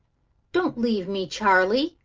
don't leave me, charley,